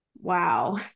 Wow